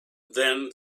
then